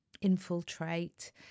infiltrate